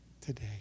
today